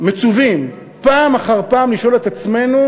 מצווים פעם אחר פעם לשאול את עצמנו: